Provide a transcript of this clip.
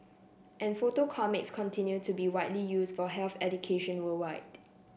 and photo comics continue to be widely use for health education worldwide